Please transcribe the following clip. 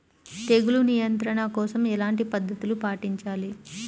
తెగులు నియంత్రణ కోసం ఎలాంటి పద్ధతులు పాటించాలి?